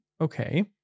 Okay